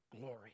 glory